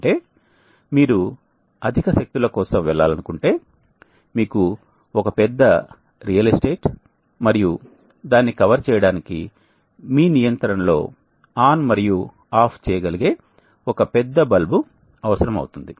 అంటే మీరు అధిక శక్తుల కోసం వెళ్లాలనుకుంటే మీకు ఒక పెద్ద రియల్ ఎస్టేట్ మరియు దానిని కవర్ చేయడానికి మీ నియంత్రణలో ఆన్ మరియు ఆఫ్ చేయగలిగే ఒక పెద్ద బల్బు అవసరం అవుతుంది